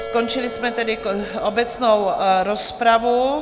Skončili jsme tedy obecnou rozpravu.